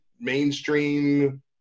mainstream